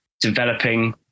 developing